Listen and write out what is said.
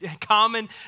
common